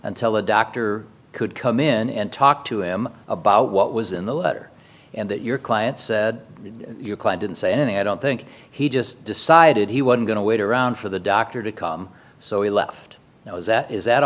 until a doctor could come in and talk to him about what was in the letter and that your client said your client didn't say anything i don't think he just decided he was going to wait around for the doctor to call so he left that was that is that